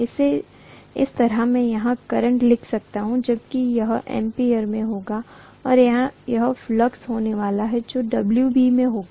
इसी तरह मैं यहाँ करंट लिख सकता हूँ जबकि यह एम्पीयर में होगा और यहाँ यह फ्लक्स होने वाला है जो Wb में होगा